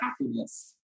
happiness